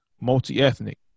multi-ethnic